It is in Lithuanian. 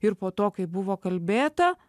ir po to kai buvo kalbėta